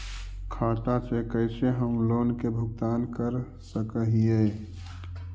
खाता से कैसे हम लोन के भुगतान कर सक हिय?